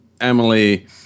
Emily